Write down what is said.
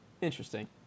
interesting